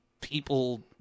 people